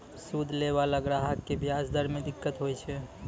सूद लैय लाला ग्राहक क व्याज दर म दिक्कत होय छै